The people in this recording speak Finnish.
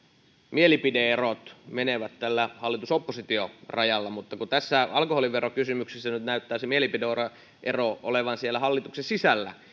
mielipide erot menevät tällä hallitus oppositio rajalla mutta tässä alkoholiverokysymyksessä nyt näyttäisi mielipide ero ero olevan siellä hallituksen sisällä